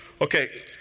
Okay